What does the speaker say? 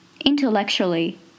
Intellectually